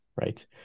right